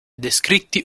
descritti